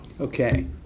Okay